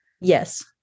Yes